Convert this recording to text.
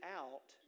out